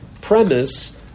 premise